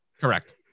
Correct